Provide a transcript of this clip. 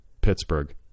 Pittsburgh